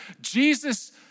Jesus